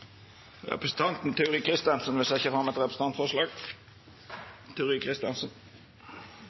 Representanten Turid Kristensen vil setja fram eit representantforslag.